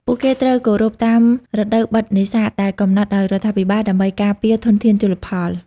ពួកគេត្រូវគោរពតាម រដូវបិទនេសាទ ដែលកំណត់ដោយរដ្ឋាភិបាលដើម្បីការពារធនធានជលផល។